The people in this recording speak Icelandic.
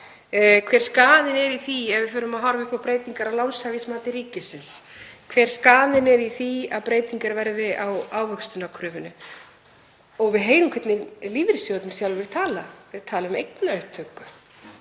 hver skaðinn er af því ef við förum að horfa upp á breytingar á lánshæfismati ríkisins, hver skaðinn er af því að breytingar verði á ávöxtunarkröfunni. Við heyrum hvernig lífeyrissjóðirnir sjálfir tala, þeir tala um eignaupptöku.